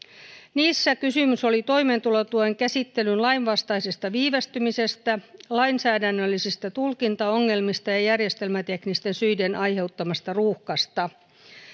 niissä kysymys oli toimeentulotuen käsittelyn lainvastaisesta viivästymisestä lainsäädännöllisistä tulkintaongelmista ja järjestelmäteknisten syiden aiheuttamasta ruuhkasta